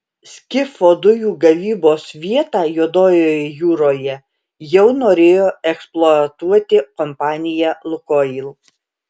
skifo dujų gavybos vietą juodojoje jūroje jau norėjo eksploatuoti kompanija lukoil